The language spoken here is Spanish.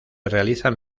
realizan